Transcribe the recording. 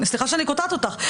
סליחה שאני קוטעת אותך.